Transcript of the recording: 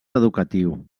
educatiu